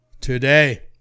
today